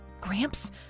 Gramps